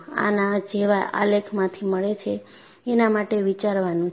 આના જેવા આલેખમાંથી મળે છે એના માટે વિચારવાનું છે